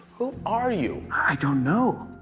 who are you? i don't know.